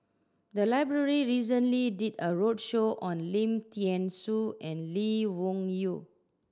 the library recently did a roadshow on Lim Thean Soo and Lee Wung Yew